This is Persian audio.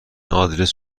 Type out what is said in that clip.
آدرس